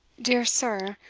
dear sir,